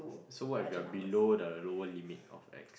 so what if you're below the lower limit of X